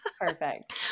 Perfect